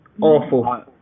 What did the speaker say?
Awful